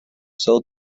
cell